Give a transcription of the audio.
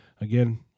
Again